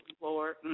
Lord